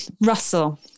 Russell